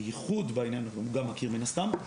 הוא גם מכיר מן הסתם.